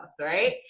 right